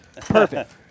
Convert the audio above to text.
perfect